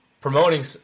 promoting